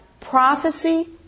prophecy